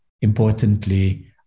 importantly